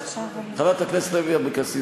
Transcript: חברת הכנסת לוי אבקסיס,